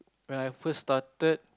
when I first started